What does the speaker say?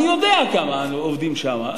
אני יודע כמה עובדים שם,